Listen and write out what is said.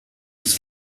ins